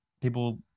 people